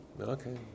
okay